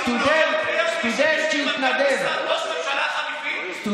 ראש ממשלה חליפי,